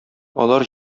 алар